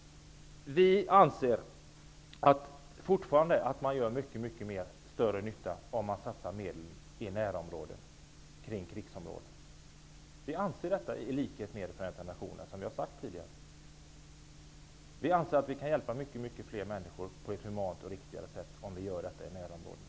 Vi anser fortfarande att man gör mycket större nytta om man satsar medel i närheten av krigsområdet. Detta anser vi i likhet med Förenta nationerna, vilket vi tidigare har sagt. Man kan hjälpa många fler människor på ett humanare och riktigare sätt om det görs i närområdena.